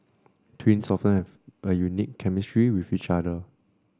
twins often have a unique chemistry with each other